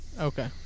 okay